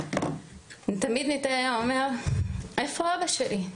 תמיד ניתאי היה אומר, איפה אבא שלי?